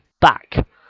back